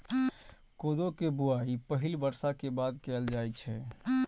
कोदो के बुआई पहिल बर्षा के बाद कैल जाइ छै